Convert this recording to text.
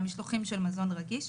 מהמשלוחים של מזון רגיש.